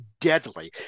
deadly